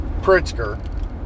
Pritzker